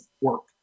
work